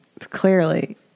Clearly